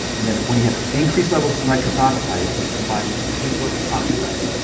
and then when you have increased levels of nitric oxide, it's going to combine with super oxide,